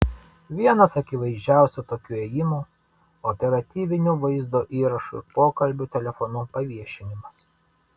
vienas akivaizdžiausių tokių ėjimų operatyvinių vaizdo įrašų ir pokalbių telefonu paviešinimas